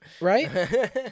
right